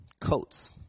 coats